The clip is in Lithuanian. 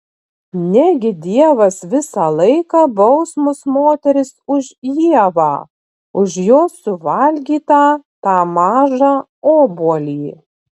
negi dievas visą laiką baus mus moteris už ievą už jos suvalgytą tą mažą obuolį